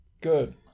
Good